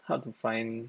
hard to find